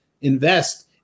invest